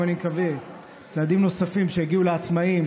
אני מקווה עם צעדים נוספים שהגיעו לעצמאים,